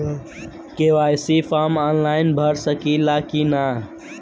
KYC form online भरा सकला की ना?